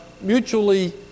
mutually